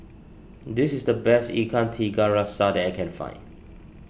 this is the best Ikan Tiga Rasa that I can find